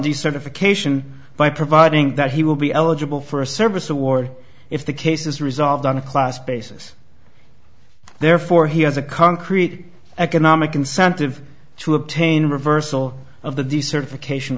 the certification by providing that he will be eligible for a service award if the case is resolved on a class basis therefore he has a concrete economic incentive to obtain reversal of the decertification